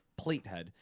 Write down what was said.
Platehead